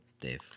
Dave